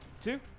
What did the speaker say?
two